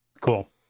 Cool